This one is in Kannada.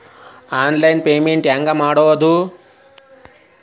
ಆನ್ಲೈನ್ ಪೇಮೆಂಟ್ ಹೆಂಗ್ ಮಾಡೋದು?